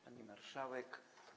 Pani Marszałek!